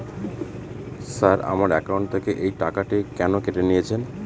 Sir আমার account থেকে এই টাকাটি কেন কেটে নিয়েছেন?